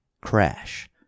Crash